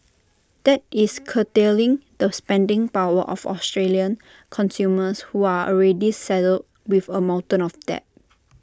that is curtailing the spending power of Australian consumers who are already saddled with A mountain of debt